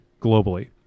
globally